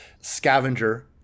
scavenger